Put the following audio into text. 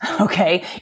okay